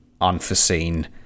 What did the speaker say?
unforeseen